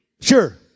Sure